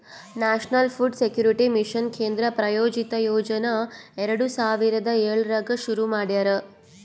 national food security mission ಕೇಂದ್ರ ಪ್ರಾಯೋಜಿತ ಯೋಜನಾ ಎರಡು ಸಾವಿರದ ಏಳರಾಗ್ ಶುರು ಮಾಡ್ಯಾರ